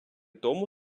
тому